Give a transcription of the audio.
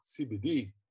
cbd